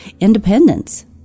independence